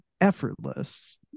effortless